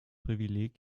privileg